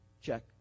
check